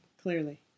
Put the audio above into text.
Clearly